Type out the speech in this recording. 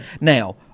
Now